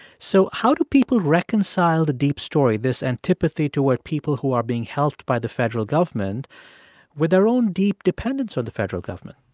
so how do people reconcile the deep story, this antipathy toward people who are being helped by the federal government with their own deep dependence on the federal government?